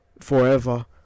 forever